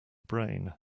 brain